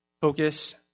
focus